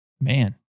Man